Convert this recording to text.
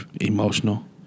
Emotional